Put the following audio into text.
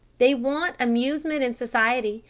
they want amusement and society,